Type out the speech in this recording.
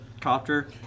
copter